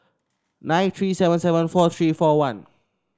nine three seven seven four three four one